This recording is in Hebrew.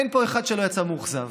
אין פה אחד שלא יצא מאוכזב.